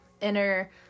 inner